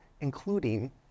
including